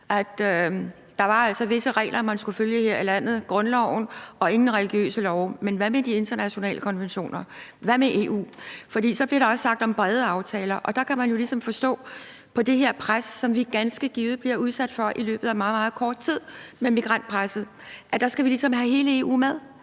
at der altså er visse regler, man skal følge her i landet – f.eks. grundloven, men ingen religiøse love. Men hvad med de internationale konventioner? Hvad med EU? Der bliver også snakket om brede aftaler, og der kan man jo ligesom forstå på det her pres, som vi ganske givet bliver udsat for i løbet af meget, meget kort tid, nemlig migrantpresset, at der skal vi ligesom have hele EU med.